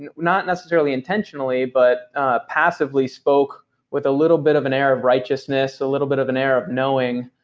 and not necessarily intentionally, but ah passively spoke with a little bit of an air of righteousness, a little bit of an air of knowing,